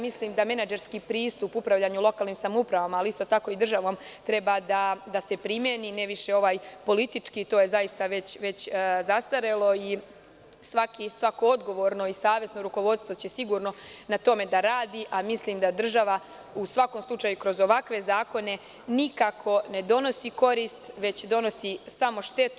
Mislim da menadžerski pristup upravljanja u lokalnim samoupravama, ali isto tako i državom, treba da se primeni, ne ovaj politički, to je već zastarelo, i svako odgovorno i savesno rukovodstvo će sigurno na tome da radi, a mislim da država u svakom slučaju, kroz ovakve zakone, nikako ne donosi korist, već donosi samo štetu.